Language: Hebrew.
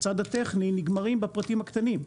בצד הטכני נגמרים בפרטים הקטנים,